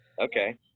Okay